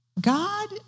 God